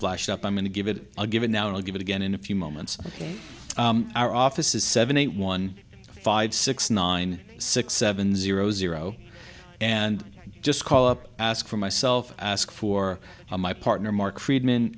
flashed up i'm going to give it a given now i'll give it again in a few moments ok our office is seven eight one five six nine six seven zero zero and just call up ask for myself ask for my partner mark friedman